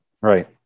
Right